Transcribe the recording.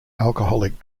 alcoholic